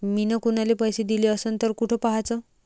मिन कुनाले पैसे दिले असन तर कुठ पाहाचं?